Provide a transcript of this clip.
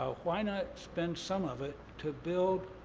why not spend some of it to build